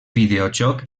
videojoc